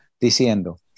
diciendo